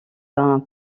d’un